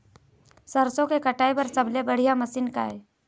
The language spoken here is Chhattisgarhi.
सरसों के कटाई बर सबले बढ़िया मशीन का ये?